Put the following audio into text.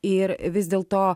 ir vis dėlto